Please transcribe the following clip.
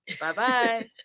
Bye-bye